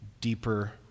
deeper